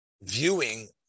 viewing